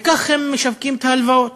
וכך הם משווקים את ההלוואות,